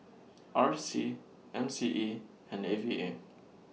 R C M C E and A V A